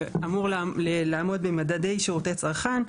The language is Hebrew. שאמור לעמוד במדדי שירותי צרכן,